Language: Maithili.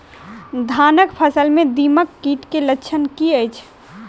धानक फसल मे दीमक कीट केँ लक्षण की अछि?